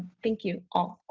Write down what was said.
thank you all.